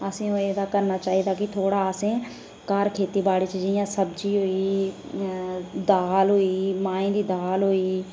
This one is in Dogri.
असें ओह् एहदा करना चाहिदा कि थोह्ड़ा असें घर खेतीबाड़ी च जियां सब्जी होई गेई दाल होई गेई माहें दी दाल होई गेई